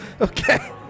okay